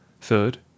Third